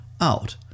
out